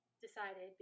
decided